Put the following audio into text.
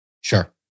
Sure